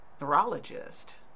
neurologist